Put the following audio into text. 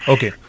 Okay